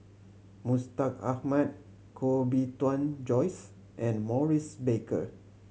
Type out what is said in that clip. Mustaq Ahmad Koh Bee Tuan Joyce and Maurice Baker